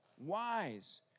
Wise